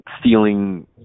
stealing